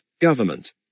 government